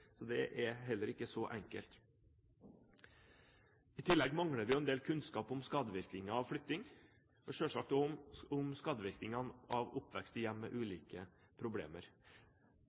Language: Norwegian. Så det er heller ikke så enkelt. I tillegg mangler vi en del kunnskap om skadevirkningene av flytting, og selvsagt også om skadevirkningene av oppvekst i hjem med ulike problemer.